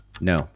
No